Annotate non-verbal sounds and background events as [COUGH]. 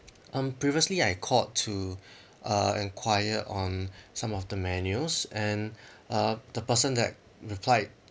um previously I called to [BREATH] uh enquire on some of the menus and [BREATH] uh the person that replied